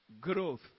Growth